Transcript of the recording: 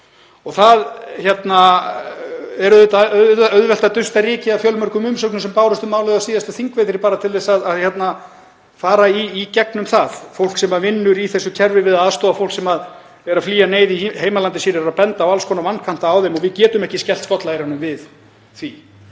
Það er auðvelt að dusta rykið af fjölmörgum umsögnum sem bárust um málið á síðasta þingvetri bara til að fara í gegnum það. Fólk sem vinnur í þessu kerfi við að aðstoða fólk sem flýr neyð í heimalandi sínu bendir á alls konar vankanta á því og við getum ekki skellt skollaeyrum við því.